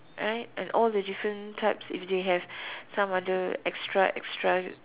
right and all the different types if they have some other extra extra